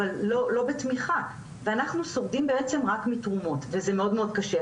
אבל לא בתמיכה ואנחנו שורדים בעצם רק מתרומות וזה מאוד מאוד קשה.